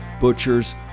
butchers